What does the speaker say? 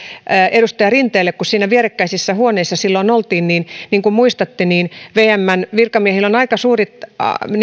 edustaja rinteelle kun siinä vierekkäisissä huoneissa silloin oltiin että niin kuin muistatte vmn virkamiehillä on aika suuri vastuu